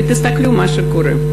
ותסתכלו מה קורה: